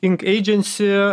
ink eidžensi